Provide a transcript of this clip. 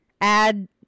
Add